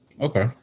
Okay